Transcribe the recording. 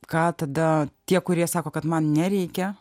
ką tada tie kurie sako kad man nereikia